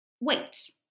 wait